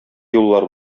юллар